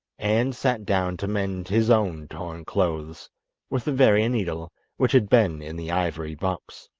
and sat down to mend his own torn clothes with the very needle which had been in the ivory box.